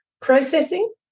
Processing